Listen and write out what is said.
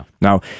Now